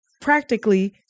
practically